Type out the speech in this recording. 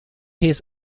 his